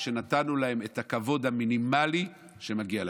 שנתנו להם את הכבוד המינימלי שמגיע להם.